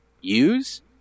use